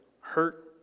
hurt